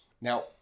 Now